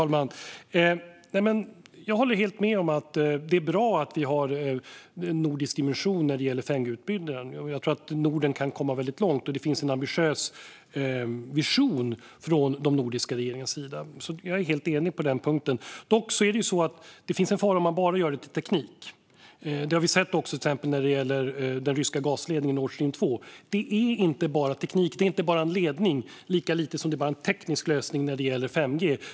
Fru talman! Jag håller helt med om att det är bra att vi har en nordisk dimension när det gäller 5G-utbyggnaden. Jag tror att Norden kan komma väldigt långt. Det finns en ambitiös vision från de nordiska regeringarnas sida. Vi är helt eniga på den punkten. Dock finns det en fara om man bara gör det till teknik. Det har vi sett till exempel med den ryska gasledningen Nord Stream 2. Det är inte bara teknik, det är inte bara en ledning, lika lite som det bara är en teknisk lösning när det gäller 5G.